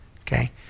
Okay